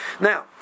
now